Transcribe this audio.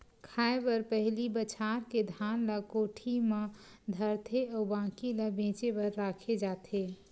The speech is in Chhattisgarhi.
खाए बर पहिली बछार के धान ल कोठी म धरथे अउ बाकी ल बेचे बर राखे जाथे